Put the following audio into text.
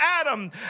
Adam